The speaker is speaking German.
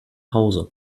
hause